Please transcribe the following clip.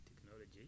technology